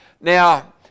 Now